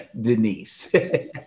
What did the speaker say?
Denise